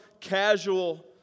casual